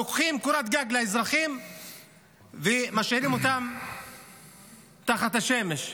לוקחים קורת גג לאזרחים ומשאירים אותם תחת השמש,